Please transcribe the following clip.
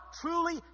truly